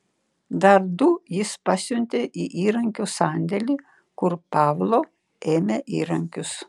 dar du jis pasiuntė į įrankių sandėlį kur pavlo ėmė įrankius